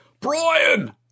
Brian